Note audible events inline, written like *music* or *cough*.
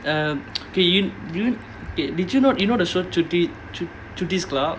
um *noise* K you did you did you know you know the show chutti chu~ chutti's club